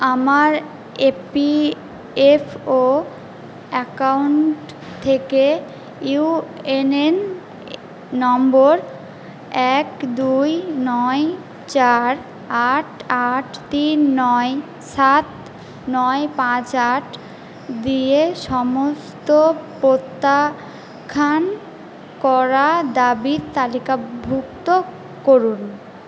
আমার A P F O account থেকে U N N নম্বর এক দুই নয় চার আট আট তিন নয় সাত নয় পাঁচ আট দিয়ে সমস্ত প্রত্যাখ্যান করা দাবির তালিকাভুক্ত করুন